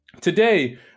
Today